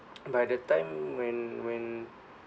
by the time when when